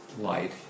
light